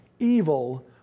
evil